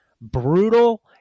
brutal